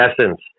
essence